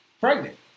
pregnant